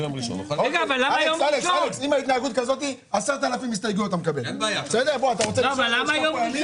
בשעה 10:52.